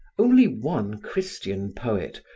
only one christian poet,